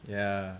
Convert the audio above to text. yeah